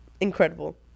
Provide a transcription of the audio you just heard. incredible